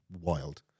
wild